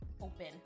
open